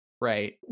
right